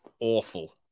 awful